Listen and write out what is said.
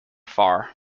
far